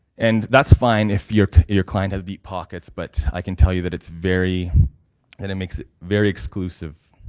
and that's fine if your your client has deep pockets. but i can tell you that it's very and it makes it very exclusive